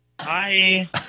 Hi